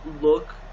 look